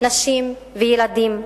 נשים וילדים.